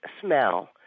smell